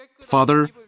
Father